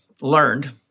learned